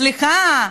סליחה,